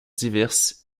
diverses